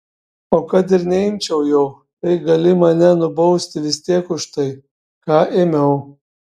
o kad ir neimčiau jau tai gali mane nubausti vis tiek už tai ką ėmiau